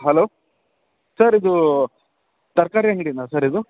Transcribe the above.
hello sir ಇದು ತರಕಾರಿ ಅಂಗ್ಡೀನ ಸರ್ ಇದು